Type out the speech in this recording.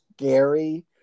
scary